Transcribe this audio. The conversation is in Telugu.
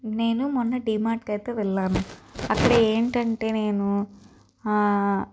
నేను మొన్న డీమార్ట్కయితే వెళ్ళాను అక్కడేంటంటే నేను